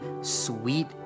sweet